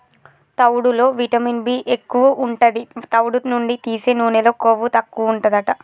తవుడులో vitamin B ఎక్కువు ఉంటది, తవుడు నుండి తీసే నూనెలో కొవ్వు తక్కువుంటదట